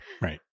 right